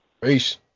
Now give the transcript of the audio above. Peace